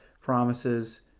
promises